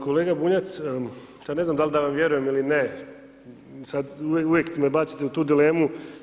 Kolega Bunjac, sad ne znam da li da vam vjerujem ili ne, uvijek me bacite u tu dilemu.